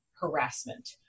harassment